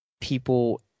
people